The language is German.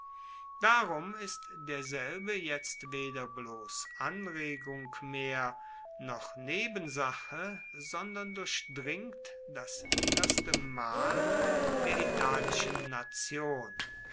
darum ist derselbe jetzt weder bloss anregung mehr noch nebensache sondern durchdringt das innerste mark der italischen nation